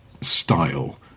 style